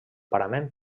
parament